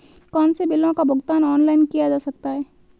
कौनसे बिलों का भुगतान ऑनलाइन किया जा सकता है?